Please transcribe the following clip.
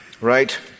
right